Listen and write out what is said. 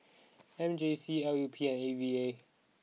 M J C L U P and A V A